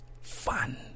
fun